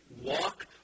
walk